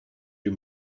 you